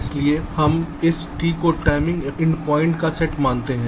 इसलिए हम इस T को टाइमिंग एंडपॉइंट्स का सेट मानते हैं